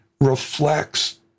reflects